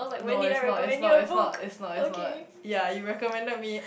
no it's not it's not it's not it's not it's not ya you recommended me